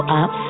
up